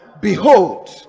Behold